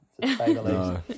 No